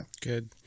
Good